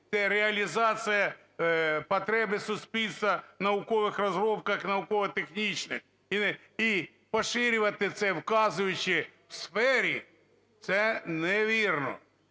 реалізація потреби суспільства у наукових розробках, науково-технічних. І поширювати це, вказуючи " у сфері", це невірно